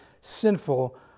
sinful